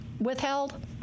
withheld